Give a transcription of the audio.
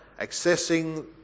Accessing